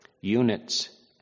units